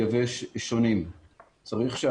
זאת אומרת,